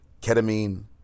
ketamine